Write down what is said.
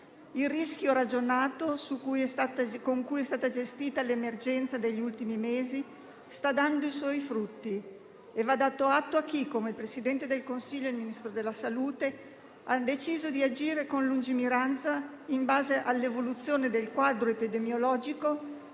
Il rischio ragionato con cui è stata gestita l'emergenza degli ultimi mesi sta dando i suoi frutti e ne va dato atto a chi, come il Presidente del Consiglio e il Ministro della salute, ha deciso di agire con lungimiranza, in base all'evoluzione del quadro epidemiologico,